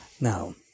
Now